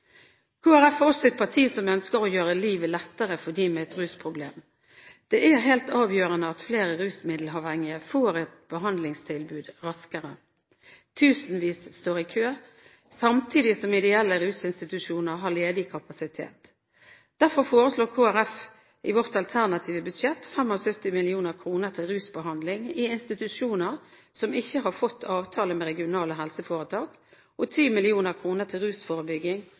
Folkeparti er også et parti som ønsker å gjøre livet lettere for dem med et rusproblem. Det er helt avgjørende at flere rusmiddelavhengige får et behandlingstilbud raskere. Tusenvis står i kø, samtidig som ideelle rusinstitusjoner har ledig kapasitet. Derfor foreslår Kristelig Folkeparti i sitt alternative budsjett 75 mill. kr til rusbehandling i institusjoner som ikke har fått avtale med regionale helseforetak, og 10 mill. kr til rusforebygging